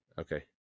Okay